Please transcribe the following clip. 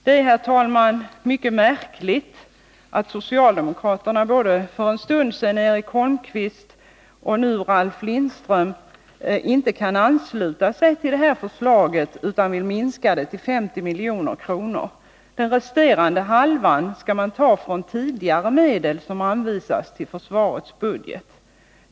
Det är, herr talman, mycket märkligt att socialdemokraterna — för en stund sedan Eric Holmqvist och nu Ralf Lindström — inte kan ansluta sig till det här förslaget utan vill minska beloppet till 50 milj.kr. Den resterande halvan vill de ta från tidigare medel som anvisats till försvarets budget.